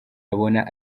abona